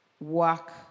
work